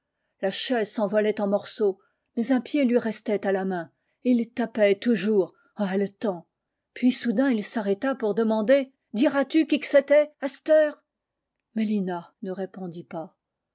la chaise s'envolait en morceaux mais un pied lui restait à la main et il tapait toujours en haletant puis soudain il s'arrêta pour demander diras-tu qui qu c'était à c't heure mélina ne répondit pas